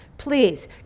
Please